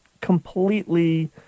completely